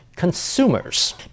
consumers